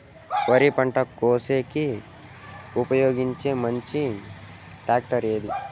వరి పంట కోసేకి ఉపయోగించే మంచి టాక్టర్ ఏది?